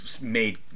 made